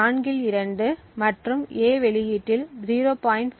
நான்கில் இரண்டு மற்றும் A வெளியீட்டில் 0